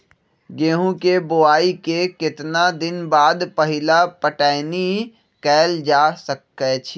गेंहू के बोआई के केतना दिन बाद पहिला पटौनी कैल जा सकैछि?